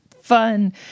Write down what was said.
fun